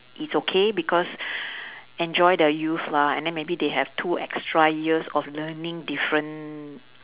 it's okay because enjoy their youth lah and then maybe they have two extra years of learning different